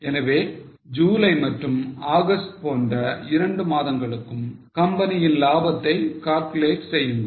எனவே ஜூலை மற்றும் ஆகஸ்ட் போன்ற இரண்டு மாதங்களுக்கும் கம்பெனியின் லாபத்தை calculate செய்யுங்கள்